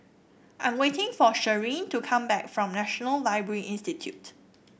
I'm waiting for Cheryll to come back from National Library Institute